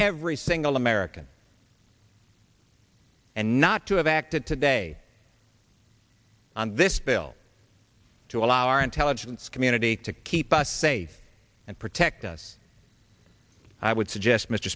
every single american and not to have acted today on this bill to allow our intelligence community to keep us safe and protect us i would suggest mr